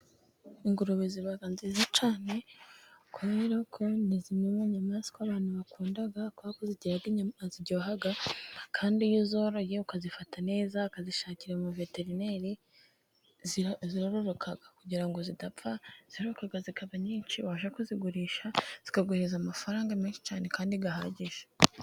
Ingurube ziba nziza cyane, kubera ko ni zimwe mu nyamaswa abantu bakunda kubera ko zigira inyama ziryoha, kandi iyo uzoroye ukazifata neza ukazishakira umuveterineri, zirororoka kugira ngo zidapfa zirororoka zikaba nyinshi, wajya kuzigurisha zikaguha amafaranga menshi cyane kandi ahagije.